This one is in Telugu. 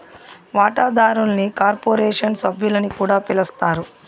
వాటాదారుల్ని కార్పొరేషన్ సభ్యులని కూడా పిలస్తారు